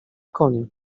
konie